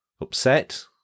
Upset